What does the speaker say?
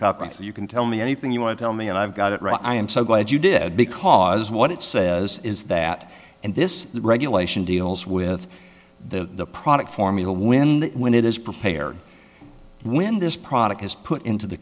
so you can tell me anything you want to tell me and i've got it right i am so glad you did because what it says is that and this regulation deals with the product formula when the when it is prepared when this product is put into the